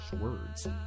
words